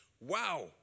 Wow